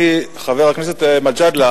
חבר הכנסת מג'אדלה,